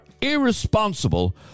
irresponsible